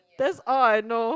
that's all I know